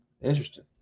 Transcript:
Interesting